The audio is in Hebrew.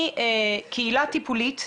מקהילה טיפולית,